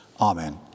Amen